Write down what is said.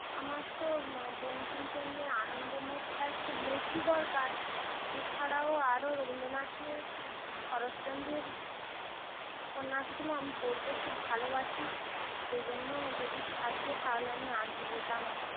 আমার তো মা বঙ্কিমচন্দ্রের আনন্দমঠটা একটু বেশি দরকার এছাড়াও আরও রবীন্দ্রনাথের শরৎচন্দ্রের উপন্যাসগুলো আমি পড়তে খুব ভালোবাসি সেই জন্য যদি থাকে তাহলে আমি আনতে যেতাম আজ